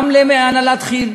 גם להנהלת כי"ל,